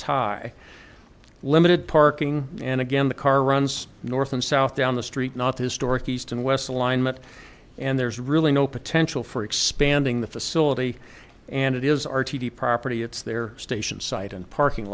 tie limited parking and again the car runs north and south down the street not historic east and west alignment and there's really no potential for expanding the facility and it is our t v property it's their station site and parking